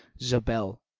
zabel,